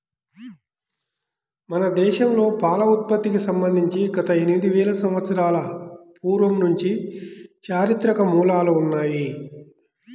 మన దేశంలో పాల ఉత్పత్తికి సంబంధించి గత ఎనిమిది వేల సంవత్సరాల పూర్వం నుంచి చారిత్రక మూలాలు ఉన్నాయి